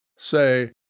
say